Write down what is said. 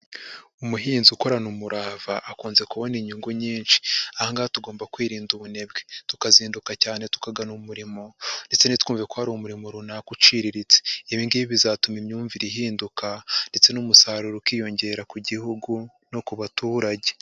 Umuhinzi ukorana umurava akunze kubona inyungu nyinshi, aha ngaha tugomba kwirinda ubunebwe, tukazinduka cyane tukagana umurimo ndetse ntitwuve ko hari umurimo runaka uciriritse, ibi ngibi bizatuma imyumvire ihinduka ndetse n'umusaruro ukiyongera ku gihugu no ku baturage.